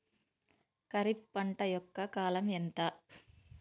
ఖరీఫ్ పంట యొక్క కాలం ఎంత?